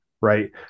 right